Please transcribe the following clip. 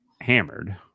hammered